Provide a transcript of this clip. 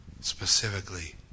specifically